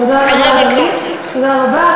תודה רבה,